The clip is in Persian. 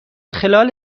خلال